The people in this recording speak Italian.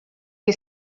che